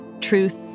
truth